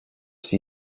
she